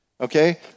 okay